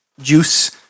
juice